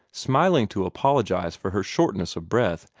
smiling to apologize for her shortness of breath.